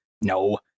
No